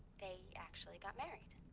they actually got married.